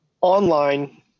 online